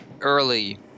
early